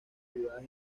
privadas